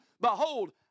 behold